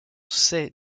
sait